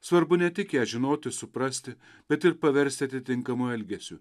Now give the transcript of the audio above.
svarbu ne tik ją žinoti suprasti bet ir paversti atitinkamu elgesiu